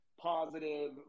positive